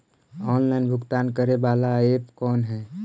Online भुगतान करे बाला ऐप कौन है?